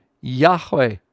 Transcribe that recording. Yahweh